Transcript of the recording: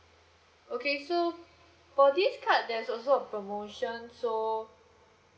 okay so for this card there's also a promotion so